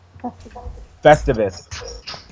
Festivus